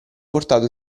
portato